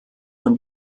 von